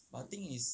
but thing is